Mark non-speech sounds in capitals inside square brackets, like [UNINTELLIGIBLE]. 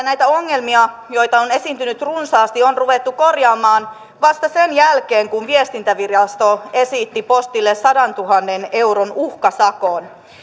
[UNINTELLIGIBLE] näitä ongelmia joita on esiintynyt runsaasti on ruvettu korjaamaan vasta sen jälkeen kun viestintävirasto esitti postille sadantuhannen euron uhkasakon